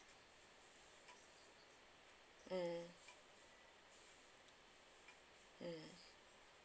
mm mm